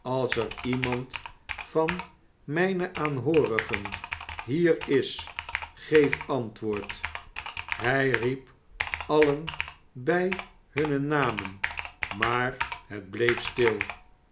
als er iemand van mijne aanhoorigen hier is geef antwoord hij riep alien bij hunne namen maar het bleei stil